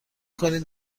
کنید